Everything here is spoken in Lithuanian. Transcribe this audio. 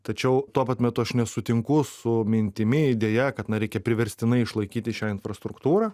tačiau tuo pat metu aš nesutinku su mintimi idėja kad na reikia priverstinai išlaikyti šią infrastruktūrą